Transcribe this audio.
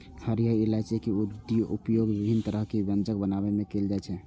हरियर इलायची के उपयोग विभिन्न तरहक व्यंजन बनाबै मे कैल जाइ छै